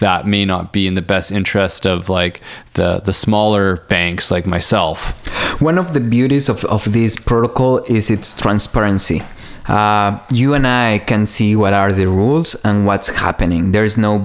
that may not be in the best interest of like the smaller banks like myself one of the beauties of these protocol is it's transparency you and i can see what are the rules and what's happening there is no